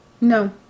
No